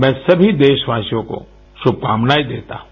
मैं सभी देशवासियों को शुभकामनायें देता हूँ